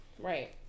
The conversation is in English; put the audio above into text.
Right